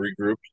regrouped